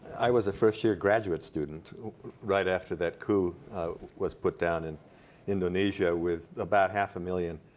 i was a first year graduate student right after that coup was put down in indonesia with about half a million